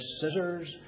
scissors